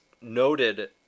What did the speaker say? noted